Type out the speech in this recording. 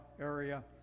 area